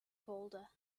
folder